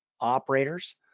operators